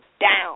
down